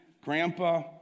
grandpa